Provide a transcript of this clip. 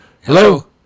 Hello